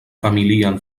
familian